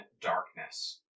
darkness